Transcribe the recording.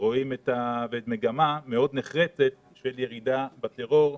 ורואים מגמה מאוד נחרצת של ירידה בטרור.